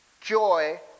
joy